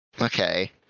Okay